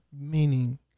meaning